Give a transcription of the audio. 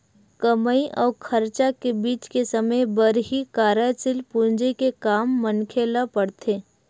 कमई अउ खरचा के बीच के समे बर ही कारयसील पूंजी के काम मनखे ल पड़थे